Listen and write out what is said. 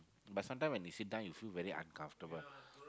but sometimes when you sit down you feel very uncomfortable